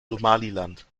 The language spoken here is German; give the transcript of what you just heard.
somaliland